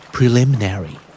Preliminary